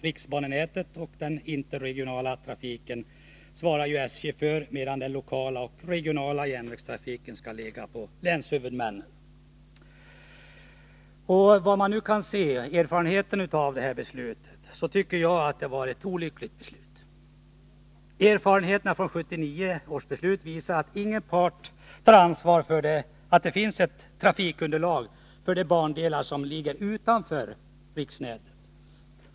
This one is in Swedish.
Riksbanenätet och den interregionala trafiken svarar SJ för, medan den lokala och regionala järnvägstrafiken skall ligga på länshuvudmännen. Efter vad man nu kan se tycker jag det var ett olyckligt beslut. Erfarenheterna från 1979 år beslut visar att ingen part tar ansvar för att det finns ett trafikunderlag för de bandelar som ligger utanför riksnätet.